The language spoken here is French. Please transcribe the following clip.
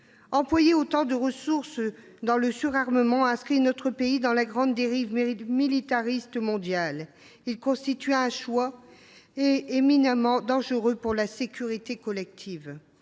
Employer autant de ressources pour le surarmement inscrit notre pays dans la grande dérive militariste mondiale. Il constitue un choix éminemment dangereux pour la sécurité collective.